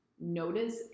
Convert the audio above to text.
notice